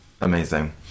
Amazing